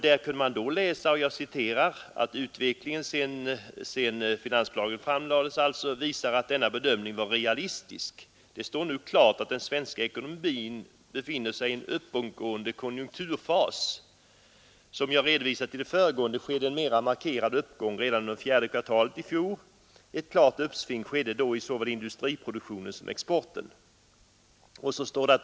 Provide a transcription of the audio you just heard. Där säger finansministern att utvecklingen sedan finansplanen presenterades ”visar att denna bedömning var realistisk. Det står nu klart att den svenska ekonomin befinner sig i en uppåtgående konjunkturfas. Som jag redovisat i det föregående skedde en mera markerad uppgång redan under fjärde kvartalet i fjol. Ett klart uppsving skedde då i såväl industriproduktionen som exporten.